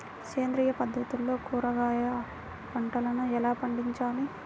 సేంద్రియ పద్ధతుల్లో కూరగాయ పంటలను ఎలా పండించాలి?